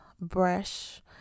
brush